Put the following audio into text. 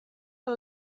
que